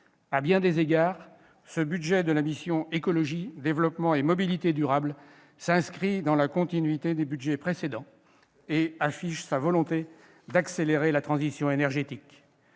À bien des égards, ce budget de la mission « Écologie, développement et mobilités durables » s'inscrit dans la continuité des budgets précédents, ... C'est vrai !... et affiche sa volonté d'accélérer la transition énergétique.